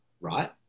right